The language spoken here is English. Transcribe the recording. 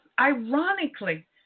ironically